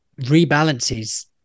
rebalances